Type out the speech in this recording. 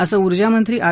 असं ऊर्जामंत्री आर